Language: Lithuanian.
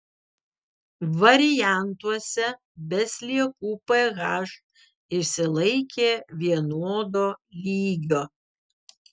variantuose be sliekų ph išsilaikė vienodo lygio